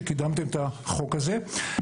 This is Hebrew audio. שקידמתם את החוק הזה.